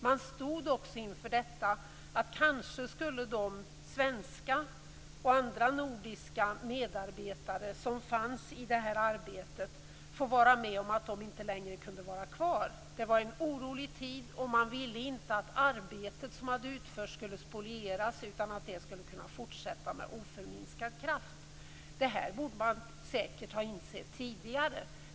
Man stod också inför det faktum att kanske skulle de svenska och andra nordiska medarbetarna få finna sig i att de inte längre kunde stanna kvar. Det var en oerhört orolig tid. Man ville inte att det arbete som hade utförts skulle spolieras utan skulle få fortsätta med oförminskad kraft. Det här borde man säkert ha insett tidigare.